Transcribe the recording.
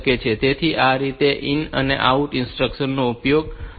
તેથી આ રીતે આ IN અને OUT ઇન્સ્ટ્રક્શન્સ ઉપયોગી થઈ શકે છે